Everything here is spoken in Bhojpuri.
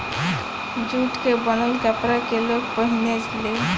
जूट के बनल कपड़ा के लोग पहिने ले